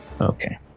Okay